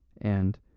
and